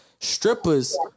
Strippers